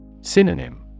Synonym